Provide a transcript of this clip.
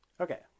Okay